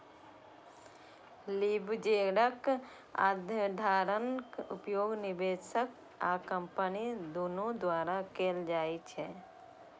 लीवरेजक अवधारणाक उपयोग निवेशक आ कंपनी दुनू द्वारा कैल जाइ छै